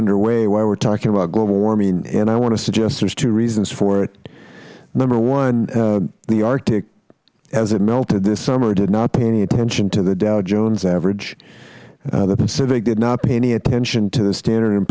underway why we are talking about global warming and i want to suggest there are two reasons for it number one the arctic as it melted this summer did not pay any attention to the dow jones average the pacific did not pay any attention to the standard and